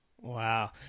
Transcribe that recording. Wow